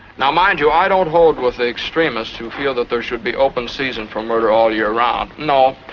now mind you, i don't hold with the extremists who feel that there should be open season for murder all year round. no,